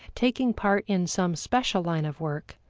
taking part in some special line of work,